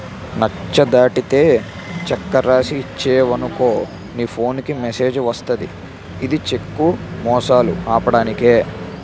నచ్చ దాటితే చెక్కు రాసి ఇచ్చేవనుకో నీ ఫోన్ కి మెసేజ్ వస్తది ఇది చెక్కు మోసాలు ఆపడానికే